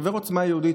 חבר עוצמה יהודית,